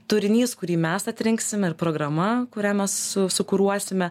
turinys kurį mes atrinksim ir programa kurią mes su sukuruosime